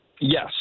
Yes